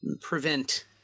prevent